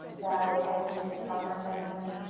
that i was alienated from my family,